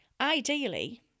ideally